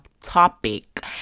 topic